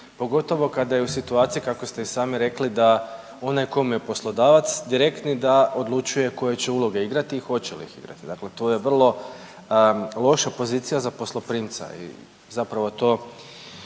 pogotovo kada je u situaciji kako ste i sami rekli da onaj kome je poslodavac direktni da odlučuje koje će uloge igrati i hoće li ih igrati, dakle to je vrlo loša pozicija za posloprimca i zapravo to